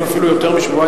אדוני שר האוצר,